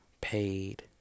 paid